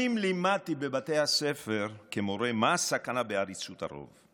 שנים לימדתי בבתי הספר מה הסכנה בעריצות הרוב.